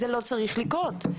זה לא צריך לקרות.